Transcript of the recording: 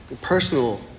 personal